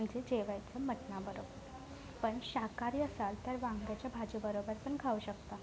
म्हणजे जेवायचं मटणाबरोबर पण शाकाहारी असाल तर वांग्याच्या भाजीबरोबर पण खाऊ शकता